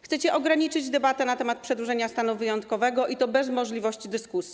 Chcecie ograniczyć debatę na temat przedłużenia stanu wyjątkowego, i to bez możliwości dyskusji.